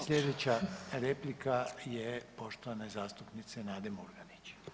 Sljedeća replika je poštovane zastupnice Nade Murganić.